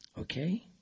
okay